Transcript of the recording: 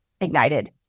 ignited